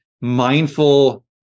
mindful